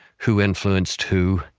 who influenced who.